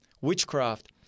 Witchcraft